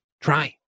Try